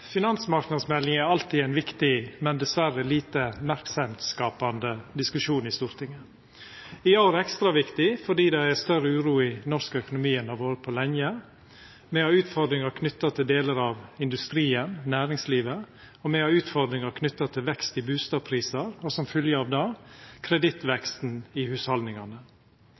finansmarknadsmeldinga er alltid ein viktig, men dessverre lite merksemdskapande, diskusjon i Stortinget – i år ekstra viktig, fordi det er større uro i norsk økonomi enn det har vore på lenge. Me har utfordringar knytte til delar av industrien og næringslivet, og me har utfordringar knytte til vekst i bustadprisar og som følgje av det kredittveksten i